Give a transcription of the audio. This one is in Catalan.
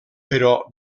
però